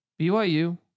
BYU